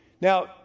Now